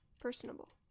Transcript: Personable